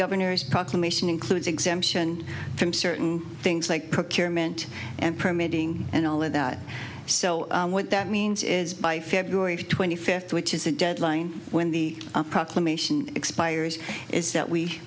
governor's proclamation includes exemption from certain things like procurement and permitting and all of that so what that means is by february twenty fifth which is the deadline when the proclamation expires is that we